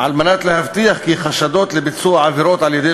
על מנת להבטיח כי חשדות לביצוע עבירות על-ידי